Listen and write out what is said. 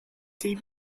tea